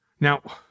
Now